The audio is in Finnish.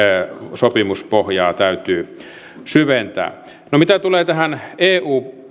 sopimuspohjaa täytyy syventää no mitä tulee tähän eu